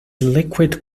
liquid